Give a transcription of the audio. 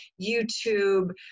YouTube